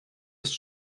ist